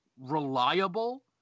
reliable